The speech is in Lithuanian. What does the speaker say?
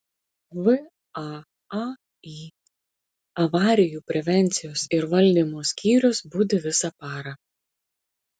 vaai avarijų prevencijos ir valdymo skyrius budi visą parą